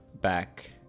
back